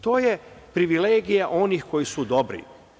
To je privilegija onih koji su dobri.